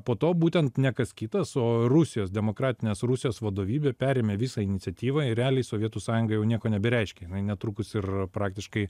po to būtent ne kas kitas o rusijos demokratinės rusijos vadovybę perėmė visą iniciatyvą ir realiai sovietų sąjunga jau nieko nebereiškė jinai netrukus ir praktiškai